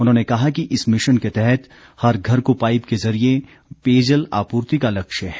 उन्होंने कहा कि इस मिशन के तहत हर घर को पाईप के जरिए पेयजल आपूर्ति का लक्ष्य है